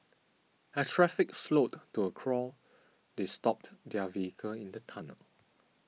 as traffic slowed to a crawl they stopped their vehicle in the tunnel